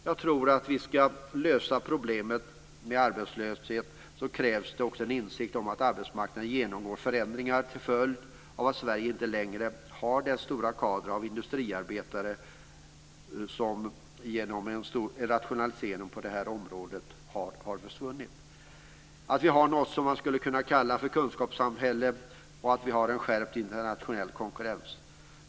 Jag tror att om vi ska lösa problemet med arbetslösheten så krävs det också en insikt om att arbetsmarknaden genomgår förändringar till följd av att Sverige inte längre har den stora kader av industriarbetare beroende på att det har skett en stor rationalisering på detta område. Vi har något som vi skulle kunna kalla för kunskapssamhälle, och vi har fått en skärpt internationell konkurrens.